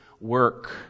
work